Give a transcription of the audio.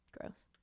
gross